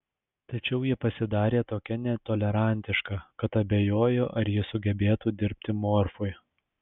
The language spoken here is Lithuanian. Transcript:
tačiau ji pasidarė tokia netolerantiška kad abejoju ar ji sugebėtų dirbti morfui